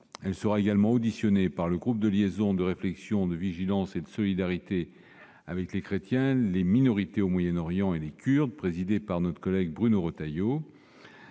Elle sera également auditionnée par le groupe de liaison, de réflexion, de vigilance et de solidarité avec les chrétiens, les minorités au Moyen-Orient et les Kurdes, présidé par notre collègue Bruno Retailleau.